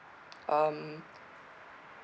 um